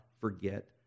forget